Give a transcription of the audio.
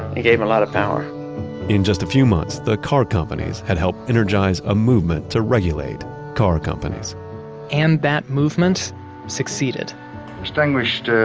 it gave him a lot of power in just a few months, the car companies had helped energize a movement to regulate car companies and that movement succeeded distinguished ah